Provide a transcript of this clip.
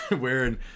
wearing